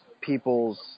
people's